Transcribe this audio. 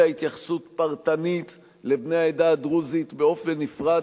אלא התייחסות פרטנית לבני העדה הדרוזית באופן נפרד,